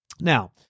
Now